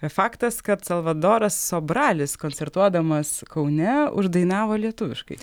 faktas kad salvadoras sobralis koncertuodamas kaune uždainavo lietuviškai